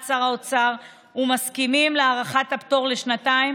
שר האוצר ומסכימים להארכת הפטור לשנתיים,